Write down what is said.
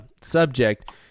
subject